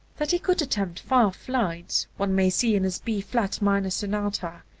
that he could attempt far flights one may see in his b flat minor sonata,